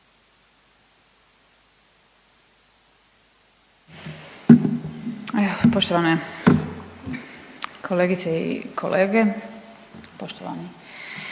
Poštovane kolegice i kolege.